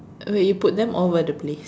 wait you put them all over the place